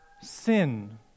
sin